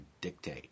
dictate